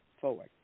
forward